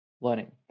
learning